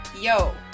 Yo